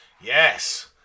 Yes